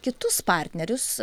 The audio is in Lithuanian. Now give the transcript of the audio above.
kitus partnerius